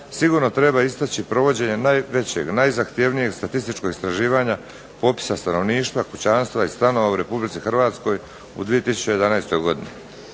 Sigurno treba istaći provođenje najvećeg, najzahtjevnijeg statističkog istraživanja popisa stanovništva, kućanstva i stanova u RH u 2011. godini